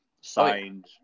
signed